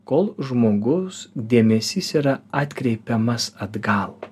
kol žmogus dėmesys yra atkreipiamas atgal